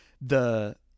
The-